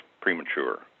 premature